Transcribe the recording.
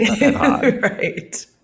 right